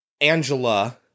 Angela